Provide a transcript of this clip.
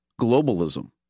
Globalism